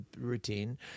routine